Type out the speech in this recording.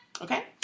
Okay